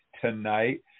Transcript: tonight